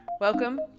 Welcome